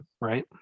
right